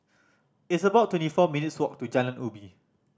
it's about twenty four minutes' walk to Jalan Ubi